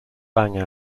bang